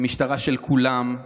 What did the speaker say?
זו משטרה של כולם,